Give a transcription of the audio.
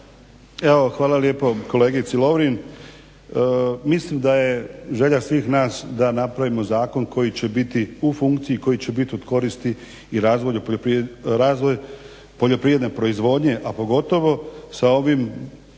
Evo, hvala lijepo kolegici Lovrin. Mislim da je želja svih nas da napravimo zakon koji će biti u funkciji i koji će biti od koristi i razvoju poljoprivrede proizvodnje, a pogotovo sa ovim